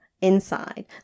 inside